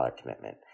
commitment